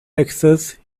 texas